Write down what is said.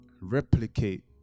replicate